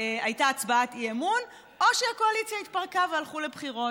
שהייתה הצבעת אי-אמון או שהקואליציה התפרקה והלכו לבחירות.